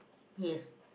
yes